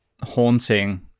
haunting